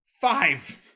Five